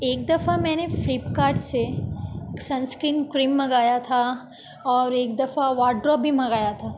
ایک دفعہ میں نے فلپ کارٹ سے سن اسکرین کریم منگایا تھا اور ایک دفعہ وارڈ روب بھی منگایا تھا